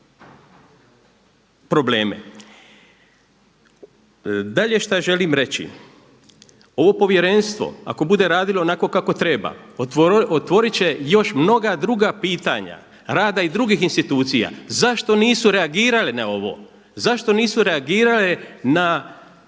Dalje šta želim reći. Ovo povjerenstvo ako bude radilo onako kako treba, otvorit će još mnoga druga pitanja rada i drugih institucija. Zašto nisu reagirale na ovo? Zašto nisu reagirale na